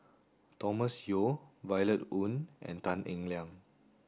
Thomas Yeo Violet Oon and Tan Eng Liang